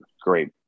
great